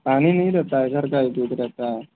पानी नहीं रहता है घर का ही दूध रहता है